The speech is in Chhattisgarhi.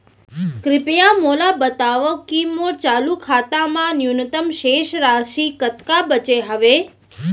कृपया मोला बतावव की मोर चालू खाता मा न्यूनतम शेष राशि कतका बाचे हवे